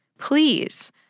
Please